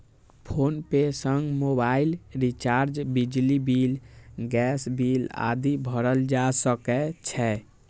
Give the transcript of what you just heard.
PhonePe सं mobile recharge, बिजली bill, gas bill आदि भरल जा सकै छै